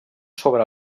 sobre